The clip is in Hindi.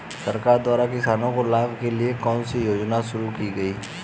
सरकार द्वारा किसानों के लाभ के लिए कौन सी योजनाएँ शुरू की गईं?